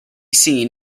seen